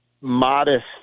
modest